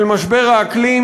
של משבר האקלים,